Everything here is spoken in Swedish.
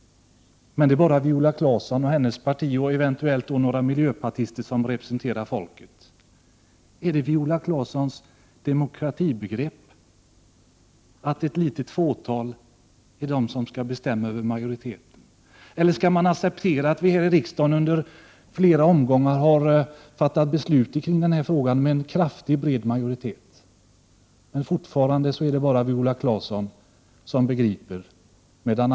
Men det är bara Viola Claesson och hennes parti samt eventuellt några miljöpartister som representerar folket. Är det Viola Claessons demokratibegrepp, att ett litet fåtal skall bestämma över majoriteten? Eller skall man acceptera att vi här i riksdagen under flera riksmöten har fattat beslut i denna fråga med en kraftig och bred majoritet "men att det fortfarande bara är Viola Claesson som begriper något.